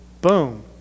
boom